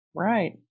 Right